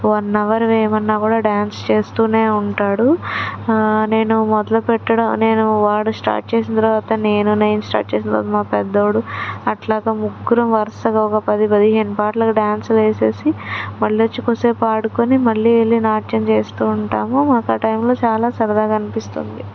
one hour వేయమన్నా కూడా dance చేస్తు ఉంటాడు నేను మొదలుపెట్టడం నేను వాడు స్టార్ట్ చేసిన తర్వాత నేను నేను స్టార్ట్ చేసిన తర్వాత మా పెద్దోడు అట్లాగా ముగ్గురం వరుసగా ఒక పది పదిహేను పాటలకి డ్యాన్స్ వేసి మళ్ళీ వచ్చి కొసేపు ఆడుకొని మళ్ళీ వెళ్ళి నాట్యం చేస్తు ఉంటాము మాకు ఆ టైంలో చాలా సరదాగా అనిపిస్తుంది